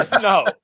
no